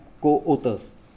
co-authors